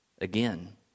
again